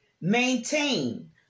Maintain